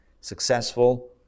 successful